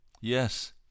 yes